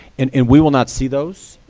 and and we will not see those.